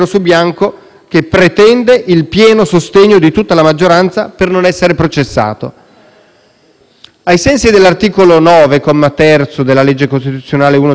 Ai sensi dell'articolo 9, comma terzo, della legge costituzionale n. 1 del 1989, come è già stato più volte detto, il Senato nega l'autorizzazione «ove reputi,